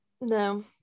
no